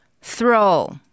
throw